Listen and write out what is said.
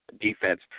defense